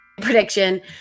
Prediction